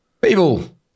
people